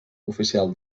oficial